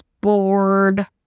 bored